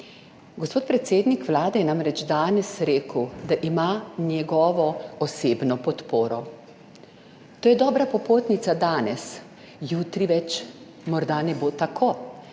Gospod predsednik vlade je namreč danes rekel, da ima njegovo osebno podporo. To je dobra popotnica danes, jutri več morda ne bo tako.